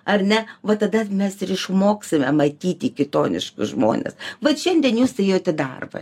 ar ne va tada mes ir išmoksime matyti kitoniškus žmones vat šiandien jūs ėjot į darbą